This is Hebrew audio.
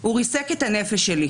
הוא ריסק את הנפש שלי.